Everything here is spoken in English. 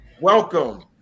welcome